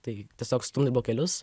tai tiesiog stumdyt blokelius